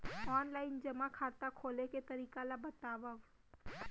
Online जेमा खाता खोले के तरीका ल बतावव?